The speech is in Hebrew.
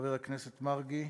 חבר הכנסת מרגי,